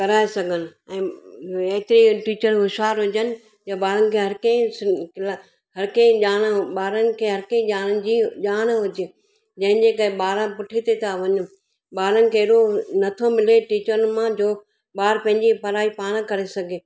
कराए सघनि ऐं हिते टीचर होश्यारु हुजनि जो ॿारनि खे हर कंहिं हर कंहिं ॼाण ॿारनि खे हर कंहिं ॼाणनि जी ॼाण हुजे जंहिंजे करे ॿार पुठिते था वञनि ॿारनि खे एॾो नथो मिले टीचरनि मां जो ॿार पंहिंजी पढ़ाई पाण करे सघे